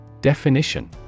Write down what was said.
Definition